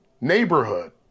Neighborhood